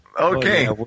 Okay